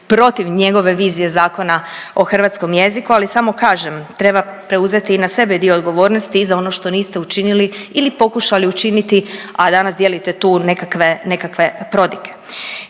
protiv njegove vizije Zakona o hrvatskom jeziku, ali samo kažem treba preuzeti i na sebe dio odgovornosti i za ono što niste učinili ili pokušali učiniti, a danas dijelite tu nekakve, nekakve